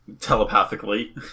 Telepathically